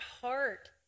heart